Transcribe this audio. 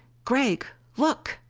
gregg, look!